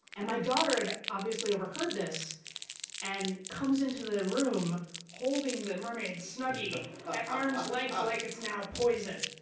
and my daughter had obviously overheard this and comes into the room holding the mermaid snuggie at arm's length like it's now poison.